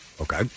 Okay